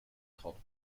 called